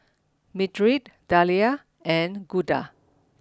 Mildred Dalia and Gunda